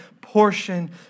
portion